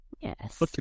Yes